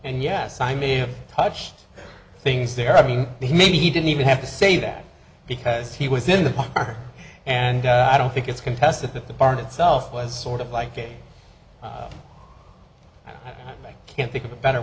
and yes i may have touched things there i mean he maybe he didn't even have to say that because he was in the park and i don't think it's contested that the barn itself was sort of like a can't think of a better